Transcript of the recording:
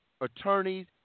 attorneys